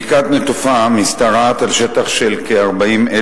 בקעת בית-נטופה משתרעת על שטח של כ-40,000